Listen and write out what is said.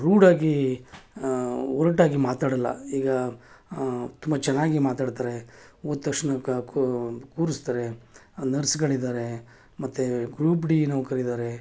ರೂಡಾಗಿ ಒರಟಾಗಿ ಮಾತಾಡೋಲ್ಲ ಈಗ ತುಂಬ ಚೆನ್ನಾಗಿ ಮಾತಾಡ್ತಾರೆ ಹೋದ ತಕ್ಷಣ ಕೂರಿಸ್ತಾರೆ ಅಲ್ಲಿ ನರ್ಸ್ಗಳಿದ್ದಾರೆ ಮತ್ತು ಗ್ರೂಪ್ ಡಿ ನೌಕರರಿದ್ದಾರೆ